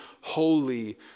holy